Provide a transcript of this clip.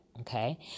okay